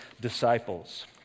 disciples